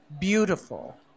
beautiful